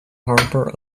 harbor